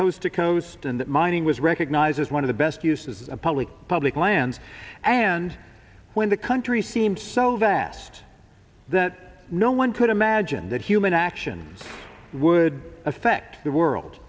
coast to coast and that mining was recognized as one of the best uses a public public lands and when the country seemed so vast that no one could imagine that human action would affect the world